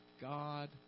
God